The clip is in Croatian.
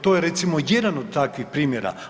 To je recimo jedan od takvih primjera.